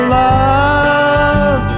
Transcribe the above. love